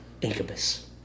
Incubus